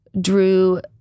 drew